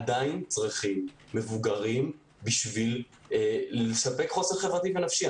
עדיין צריכים מבוגרים בשביל לספק להם חוסן חברתי ונפשי.